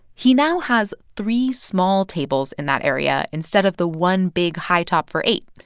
he now has three small tables in that area, instead of the one big high-top for eight,